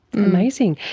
amazing.